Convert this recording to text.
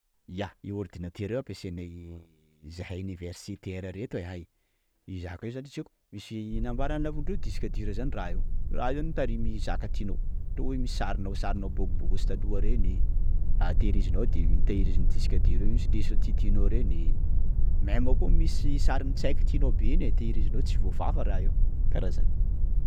Ia io ordinateur io ampiasainay zahay universitaire reto e hay! _x000D_ I zaka io zany tsy haiko; misy nambarana'ny namako reo disque dure zany raha io, raho io zany mitarimy zaka tianao, ohatra hoe misy sarinao, sarinao bogobogôsy taloha reny! _x000D_ Tehirizinao de tehirizin'ny disque dure iny io misy lesona tiatinao reny, même koa misy sarin'ny tsaiky tianao be iny e! tehirizinao tsy voafafa raha io. kara zany